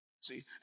See